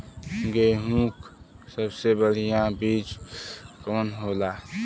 गेहूँक सबसे बढ़िया बिज कवन होला?